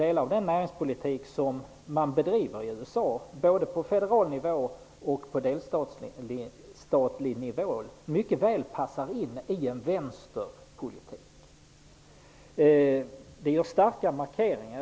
Delar av den näringspolitik som man bedriver i USA, både på federal nivå och på delstatlig nivå, passar ju också mycket väl in i en vänsterpolitik. Det görs där starka markeringar.